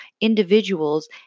individuals